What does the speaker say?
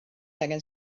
angen